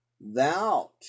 thou